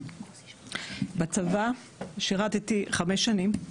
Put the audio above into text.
בצבא שירתי חמש שנים,